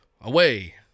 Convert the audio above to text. away